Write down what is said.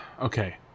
Okay